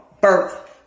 birth